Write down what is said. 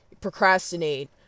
procrastinate